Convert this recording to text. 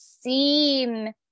seen